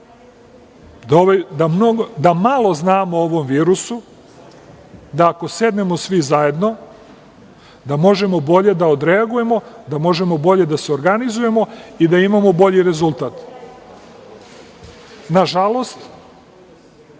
da malo znamo o ovom virusu, da ako sednemo svi zajedno, da možemo bolje da odreagujemo, da možemo bolje da se organizujemo i da imamo bolji rezultat. Nažalost,